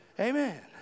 amen